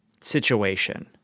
situation